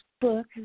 book